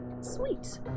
Sweet